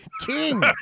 king